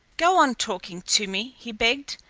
go on talking to me, he begged.